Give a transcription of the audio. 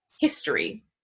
history